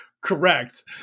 Correct